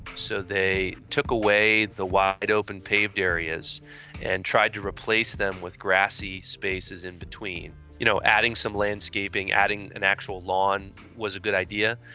so they took away the wide open paved areas and tried to replace them with grassy spaces in between. you know, adding some landscaping, adding an actual lawn was a good idea,